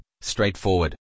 straightforward